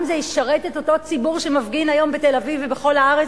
זה ישרת את אותו ציבור שמפגין היום בתל-אביב ובכל הארץ,